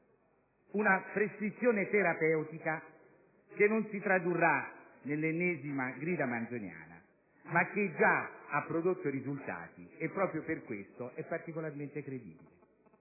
una prescrizione terapeutica che non si tradurrà nell'ennesima grida manzoniana, ma che già ha prodotto risultati e proprio per questo è particolarmente credibile.